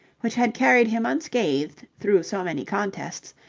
which had carried him unscathed through so many contests,